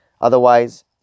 Otherwise